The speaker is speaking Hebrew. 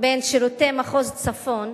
בין שירותי מחוז הצפון,